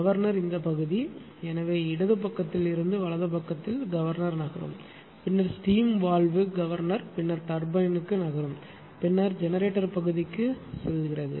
governor இந்த பகுதி எனவே இடது பக்கத்தில் இருந்து வலது பக்கத்தில் கவர்னர் நகரும் பின்னர் ஸ்டீம் வால்வு கவர்னர் பின்னர் டர்பைன்க்கு நகரும் பின்னர் ஜெனரேட்டர் பகுதிக்குச் செல்லும்